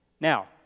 Now